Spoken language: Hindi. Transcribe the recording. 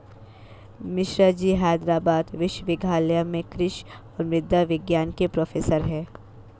मिश्राजी हैदराबाद विश्वविद्यालय में कृषि और मृदा विज्ञान के प्रोफेसर हैं